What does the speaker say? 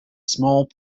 small